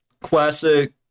classic